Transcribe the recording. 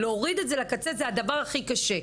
להוריד את זה לקצה זה הדבר הכי קשה.